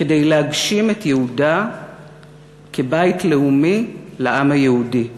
כדי להגשים את ייעודה כבית לאומי לעם היהודי.